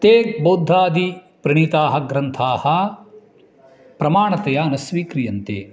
ते बौद्धादिप्रणीताः ग्रन्थाः प्रमाणतया न स्वीक्रियन्ते